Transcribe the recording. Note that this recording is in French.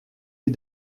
les